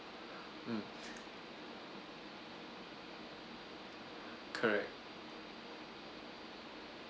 um correct